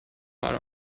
ein